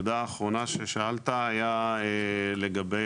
הנקודה האחרונה ששאלת הייתה לגבי